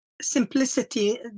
simplicity